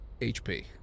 HP